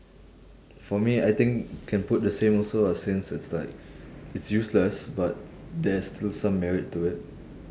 for me I think can put the same also ah since it's like it's useless but there's still some merit to it